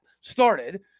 started